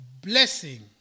blessing